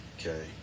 Okay